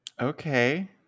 Okay